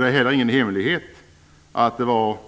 Det är heller ingen hemlighet att det var